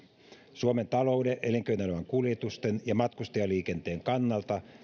suomen talouden elinkeinoelämän kuljetusten ja matkustajaliikenteen kannalta